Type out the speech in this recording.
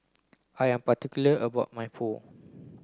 I am particular about my Pho